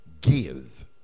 give